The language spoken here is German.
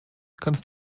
kannst